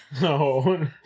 no